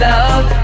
Love